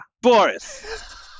Boris